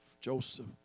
Joseph